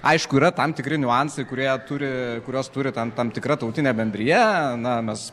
aišku yra tam tikri niuansai kurie turi kuriuos turi tam tam tikra tautinė bendrija na mes